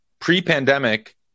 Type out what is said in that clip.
pre-pandemic